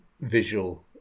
visual